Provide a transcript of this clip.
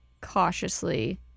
cautiously